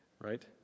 right